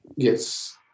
Yes